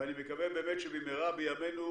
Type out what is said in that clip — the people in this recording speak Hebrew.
ואני מקווה שבמהרה בימינו